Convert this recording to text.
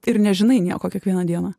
ir nežinai nieko kiekvieną dieną